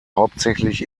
hauptsächlich